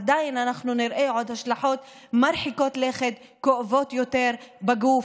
עוד נראה השלכות מרחיקות לכת כואבות יותר בגוף,